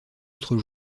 autres